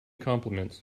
compliments